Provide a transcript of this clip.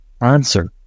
answer